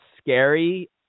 scary